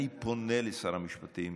אני פונה לשר המשפטים,